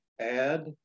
add